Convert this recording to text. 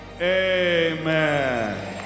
Amen